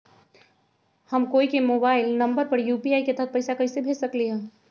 हम कोई के मोबाइल नंबर पर यू.पी.आई के तहत पईसा कईसे भेज सकली ह?